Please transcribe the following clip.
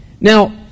Now